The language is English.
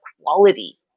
quality